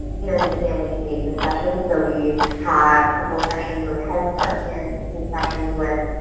parent and family engagement sessions. so, we had a couple sessions with head start parents and sessions with